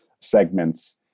segments